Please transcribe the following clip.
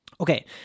Okay